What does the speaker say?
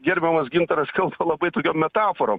gerbiamas gintaras kalba labai tokiom metaforom